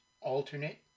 alternate